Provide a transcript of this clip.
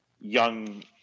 young